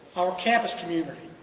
our campus community.